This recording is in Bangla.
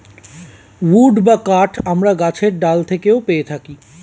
উড বা কাঠ আমরা গাছের ডাল থেকেও পেয়ে থাকি